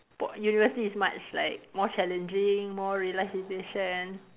Po~ university is much like more challenging more real life situation